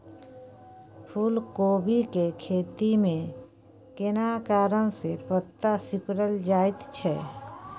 फूलकोबी के खेती में केना कारण से पत्ता सिकुरल जाईत छै?